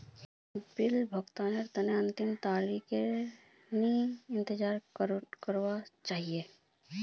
bill भुगतानेर तने अंतिम तारीखेर इंतजार नइ करना चाहिए